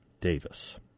Davis